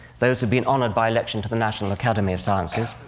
those who'd been honored by election to the national academy of sciences,